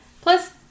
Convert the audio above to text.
Plus